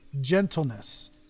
gentleness